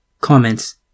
Comments